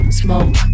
smoke